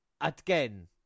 Again